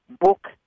book